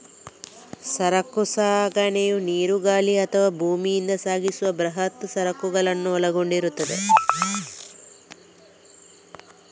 ಸರಕು ಸಾಗಣೆಯು ನೀರು, ಗಾಳಿ ಅಥವಾ ಭೂಮಿಯಿಂದ ಸಾಗಿಸುವ ಬೃಹತ್ ಸರಕುಗಳನ್ನು ಒಳಗೊಂಡಿರುತ್ತದೆ